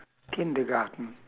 kindergarten